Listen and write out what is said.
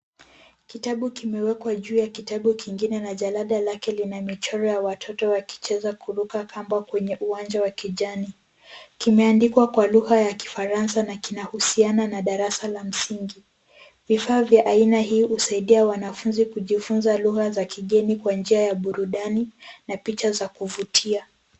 Kitabu kimewekwa juu ya kitabu kingine na jalada lake lina michoro ya watoto wakicheza kuruka kamba kwenye uwanja wa kijani. Kimeandikwa kwa lugha ya kifaransa na kinahusiana na darasa la msingi. Vifaa vya aina hii husaidia wanafunzi kujifunza lugha za kigeni kwa njia ya burudani na picha za kuvutia.